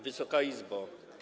Wysoka Izbo!